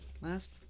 last